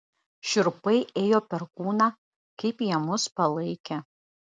šiurpai ėjo per kūną kaip jie mus palaikė